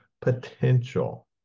potential